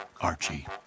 Archie